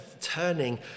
turning